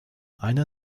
eine